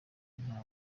nta